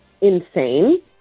insane